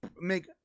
make